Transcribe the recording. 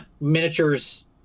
miniatures-